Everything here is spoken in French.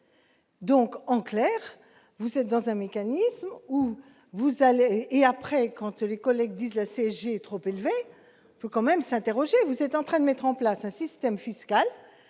Donc, en clair, vous êtes dans un mécanisme où vous allez, et après quand tous les collègues disent la CGT trop élevé, faut quand même s'interroger, vous êtes en train de mettre en place un système fiscal